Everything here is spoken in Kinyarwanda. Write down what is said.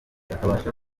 akabasha